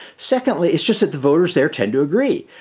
secondly, it's just that the voters there tend to agree.